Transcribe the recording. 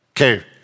Okay